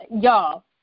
y'all